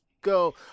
go